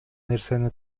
нерсени